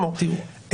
תראו,